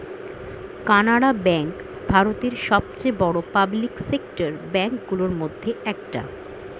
Canara bank ভারতের সবচেয়ে বড় পাবলিক সেক্টর ব্যাঙ্ক গুলোর মধ্যে একটা